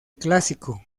clásico